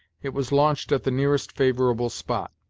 it was launched at the nearest favorable spot.